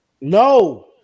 No